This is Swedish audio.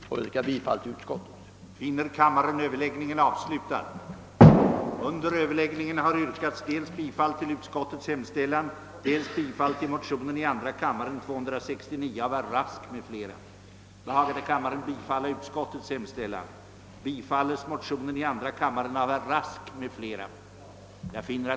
Jag yrkar bifall till utskottets hemställan.